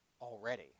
already